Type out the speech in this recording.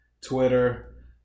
Twitter